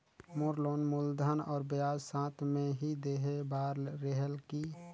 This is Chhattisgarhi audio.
मोर लोन मूलधन और ब्याज साथ मे ही देहे बार रेहेल की?